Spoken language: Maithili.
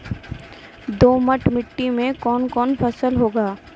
दोमट मिट्टी मे कौन कौन फसल होगा?